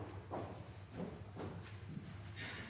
Takk